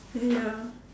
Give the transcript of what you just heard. ya